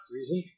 Reason